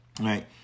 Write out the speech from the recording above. Right